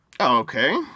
Okay